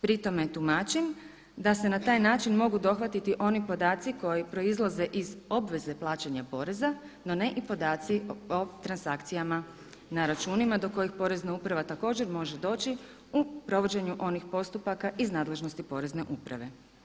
Pri tome tumačim da se na taj način mogu dohvatiti oni podaci koji proizlaze iz obveze plaćanja poreza, no ne i podaci o transakcijama na računima do kojih Porezna uprava također može doći u provođenju onih postupaka iz nadležnosti Porezne uprave.